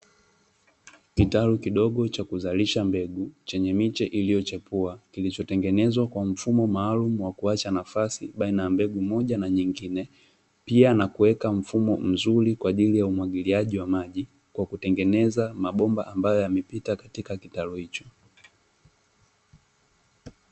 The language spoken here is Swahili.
Kitalu kidogo cha kuzalisha mbegu chenye miche iliyochepua kilicho tengenezwa kwa mfumo maalumu wa kuacha nafasi baina ya mbegu moja na nyingine pia na kuweka mfumo mzuri kwa ajili ya umwagiliaji wa maji kwa kutengeneza mabomba ambayo yamepita katika kitalu hicho.